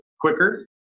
quicker